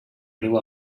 riu